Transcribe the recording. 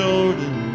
Jordan